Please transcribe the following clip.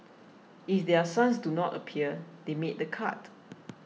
if their sons do not appear they made the cut